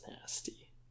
nasty